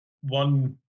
One